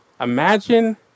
imagine